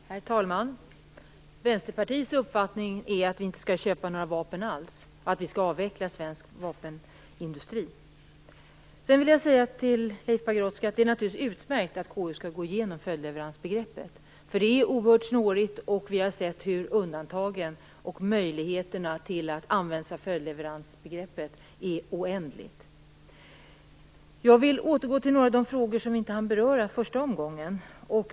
Herr talman! Vänsterpartiets uppfattning är att vi inte skall köpa några vapen alls, och att vi skall avveckla svensk vapenindustri. Sedan vill jag säga till Leif Pagrotsky att det naturligtvis är utmärkt att KU skall gå igenom följdleveransbegreppet. Det är oerhört snårigt, och vi har sett att undantagen och möjligheterna att använda sig av följdleveransbegreppet är oändliga. Jag vill återgå till några av de frågor vi inte hann beröra under den första omgången.